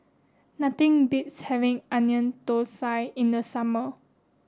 nothing beats having onion thosai in the summer